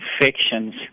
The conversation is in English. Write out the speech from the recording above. infections